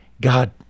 God